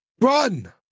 run